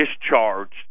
discharged